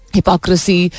hypocrisy